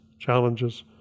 Challenges